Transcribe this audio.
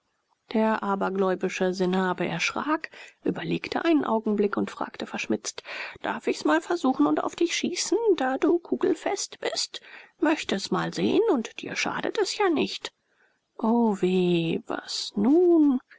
der abergläubische sanhabe erschrak überlegte einen augenblick und fragte verschmitzt darf ich's mal versuchen und auf dich schießen da du kugelfest bist möchte es mal sehen und dir schadet es ja nicht o weh was nun